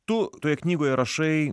tu toje knygoje rašai